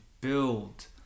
build